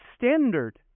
standard